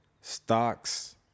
stocks